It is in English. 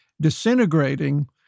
disintegrating